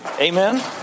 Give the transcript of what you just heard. Amen